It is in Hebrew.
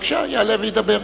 בבקשה, יעלה וידבר.